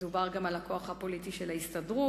ודובר גם על הכוח הפוליטי של ההסתדרות,